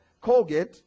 Colgate